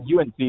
UNC